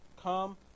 Come